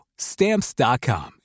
Stamps.com